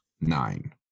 nine